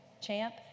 Champ